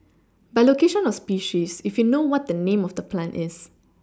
by location or species if you know what the name of the plant is